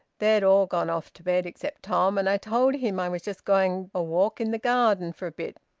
they'd all gone off to bed except tom, and i told him i was just going a walk in the garden for a bit.